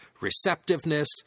receptiveness